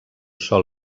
sol